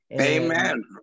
amen